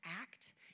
act